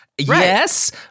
Yes